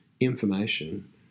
information